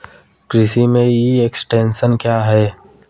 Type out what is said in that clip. कृषि में e extension क्या है?